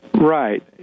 Right